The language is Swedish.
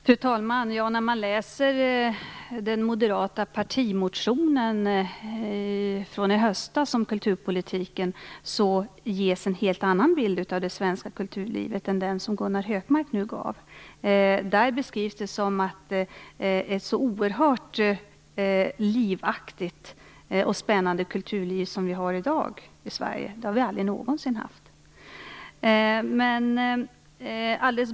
Fru talman! När man läser den moderata partimotionen från i höstas om kulturpolitiken får man en helt annan bild av det svenska kulturlivet än den som Gunnar Hökmark nu gav. Där beskrivs det som om vi aldrig någonsin har haft ett så livaktigt och spännande kulturliv i Sverige som vi har i dag.